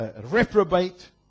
reprobate